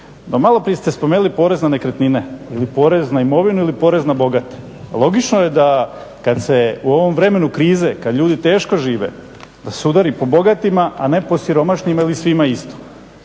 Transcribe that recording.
Pa maloprije ste spomenuli porez na nekretnine ili porez na imovinu ili porez na bogate, logično je da kad se u ovom vremenu krize kad ljudi teško žive da se udari po bogatima a ne po siromašnima ili svima isto.